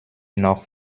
noch